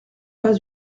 pas